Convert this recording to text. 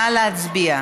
נא להצביע.